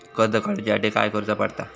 कर्ज काडूच्या साठी काय करुचा पडता?